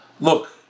look